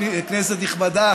כנסת נכבדה,